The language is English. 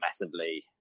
massively